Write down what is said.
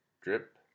drip